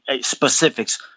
specifics